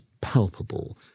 palpable